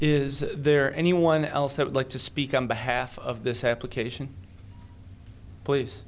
is there anyone else that would like to speak on behalf of this application please